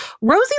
Rosie